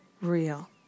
real